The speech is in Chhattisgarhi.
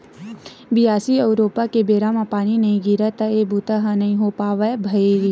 बियासी अउ रोपा के बेरा म पानी नइ गिरय त ए बूता ह नइ हो पावय भइर